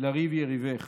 לריב יריבך.